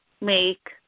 make